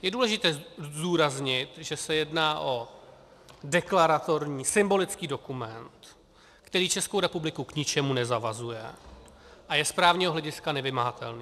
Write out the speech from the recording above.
Je důležité zdůraznit, že se jedná o deklaratorní, symbolický dokument, který Českou republiku k ničemu nezavazuje a je z právního hlediska nevymahatelný.